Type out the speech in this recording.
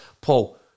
Paul